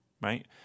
right